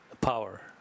power